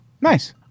nice